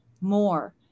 more